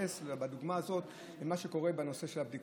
הדוגמה הזו מתייחסת למה שקורה בבדיקות: